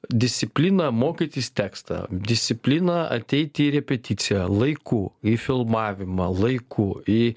disciplina mokytis tekstą disciplina ateiti repeticijų laiku į filmavimą laiku į